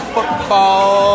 Football